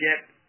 get